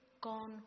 gone